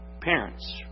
parents